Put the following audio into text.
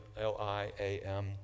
L-I-A-M